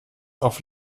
auf